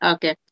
Okay